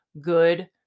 good